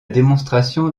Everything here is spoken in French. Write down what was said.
démonstration